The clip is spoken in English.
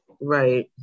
right